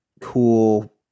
cool